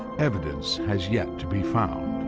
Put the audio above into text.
evidence has yet to be found.